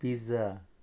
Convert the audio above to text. pizza